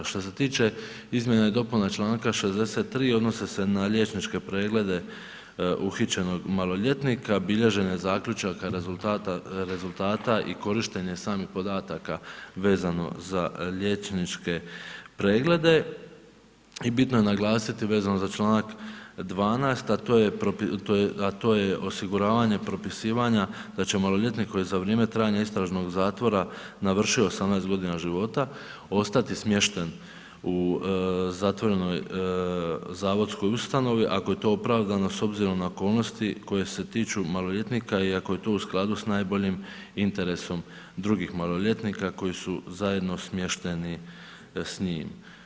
Što se tile izmjene i dopune članka 63. odnose se na liječničke preglede uhićenog maloljetnika, bilježen je zaključak rezultata i korištenje samih podataka vezano za liječničke preglede i bitno je naglasiti vezano za članak 12. a to je osiguravanje propisivanja da će maloljetnik koji je za vrijeme trajanja istražnog zatvora navrši 18 g., ostati smješten u zatvorenoj zavodskoj ustanovi ako je to opravdano s obzirom na okolnosti koje se tiču maloljetnika i ako je to u skladu sa najboljim interesom drugih maloljetnika koji su zajedno smješteni s njim.